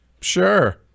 sure